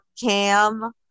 cam